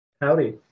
Howdy